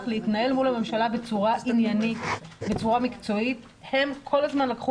להתנהל מול הממשלה בצורה עניינית ובצורה מקצועית הם כל הזמן לקחו